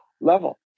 level